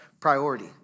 priority